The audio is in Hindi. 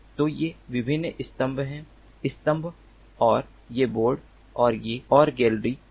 तो ये विभिन्न स्तंभ हैं स्तंभ और ये बोर्ड और गैलरी हैं